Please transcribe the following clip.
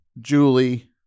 Julie